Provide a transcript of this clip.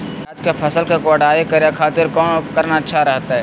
प्याज के फसल के कोढ़ाई करे खातिर कौन उपकरण अच्छा रहतय?